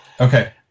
Okay